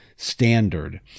Standard